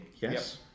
Yes